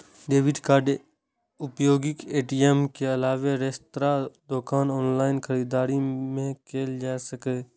debit कार्डक उपयोग ATM के अलावे रेस्तरां, दोकान, ऑनलाइन खरीदारी मे कैल जा सकैए